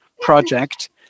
project